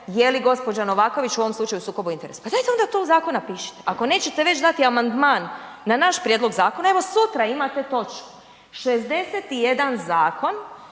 jeli gospođa Novaković u ovom slučaju u sukobu interesa. Pa dajte onda to u zakon napišite, ako nećete već dati amandman na naš prijedlog zakona, evo sutra imate točku 61 zakon